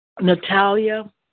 Natalia